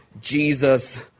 Jesus